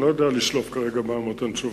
אני לא יודע לשלוף כרגע מהמותן תשובות.